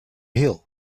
hill